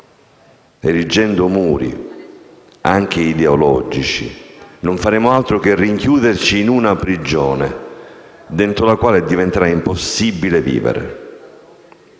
Erigendo muri, anche ideologici, non faremo altro che rinchiuderci in una prigione dentro la quale diventerà impossibile vivere.